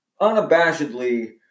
unabashedly